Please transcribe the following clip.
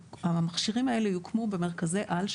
המכשירים האלה יוקמו במרכזי על,